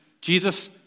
Jesus